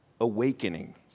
awakening